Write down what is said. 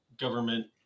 government